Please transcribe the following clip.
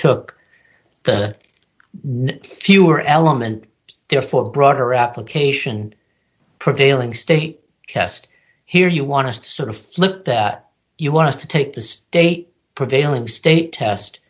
took the fuehrer element there for a broader application prevailing state test here you want to sort of flip that you want to take the state prevailing state test